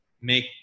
make